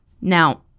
Now